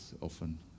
often